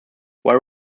while